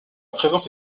présence